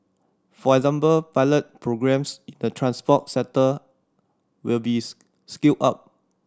for example pilot programmes in the transport sector will be scaled up